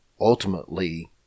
ultimately